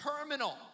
terminal